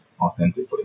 authentically